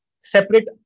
separate